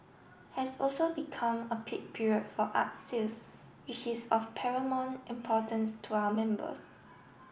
has also become a peak period for art sales which is of paramount importance to our members